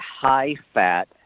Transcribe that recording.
high-fat